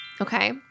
Okay